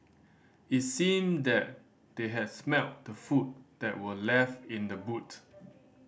it seemed that they had smelt the food that were left in the boot